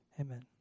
Amen